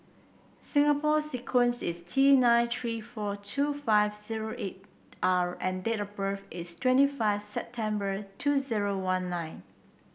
Singapore sequence is T nine three four two five zero eight R and date of birth is twenty five September two zero one nine